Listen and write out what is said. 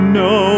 no